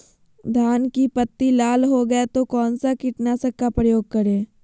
धान की पत्ती लाल हो गए तो कौन सा कीटनाशक का प्रयोग करें?